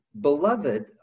Beloved